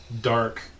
dark